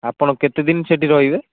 ଆପଣ କେତେ ଦିନ ସେଠି ରହିବେ